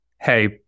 hey